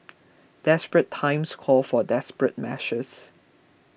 desperate times call for desperate measures